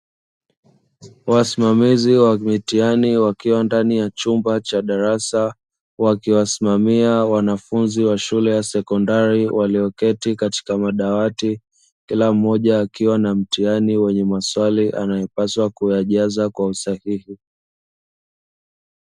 Wasimamizi wa mitihani wakiwa ndani ya chumba cha darasa wakiwasimamia wanafunzi wa shule ya sekondari walioketi katika madawati, kila mmoja akiwa na mtihani wenye maswali anayopaswa kuyajaza kwa usahihi.